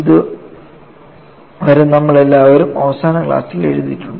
ഇത് വരെ നമ്മൾ എല്ലാവരും അവസാന ക്ലാസ്സിൽ എഴുതിയിട്ടുണ്ട്